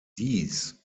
dies